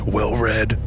Well-read